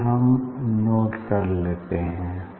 ये हम नोट कर लेते हैं